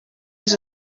izo